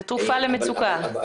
זה תרופה למצוקה.